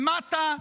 למטה,